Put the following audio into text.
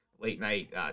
late-night